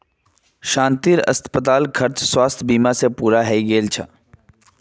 शांतिर अस्पताल खर्च स्वास्थ बीमा स पूर्ण हइ गेल छ